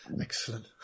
excellent